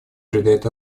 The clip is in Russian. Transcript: придает